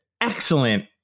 excellent